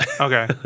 Okay